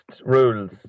rules